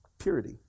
purity